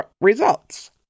results